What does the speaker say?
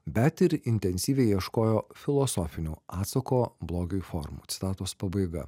bet ir intensyviai ieškojo filosofinio atsako blogiui formų citatos pabaiga